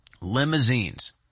Limousines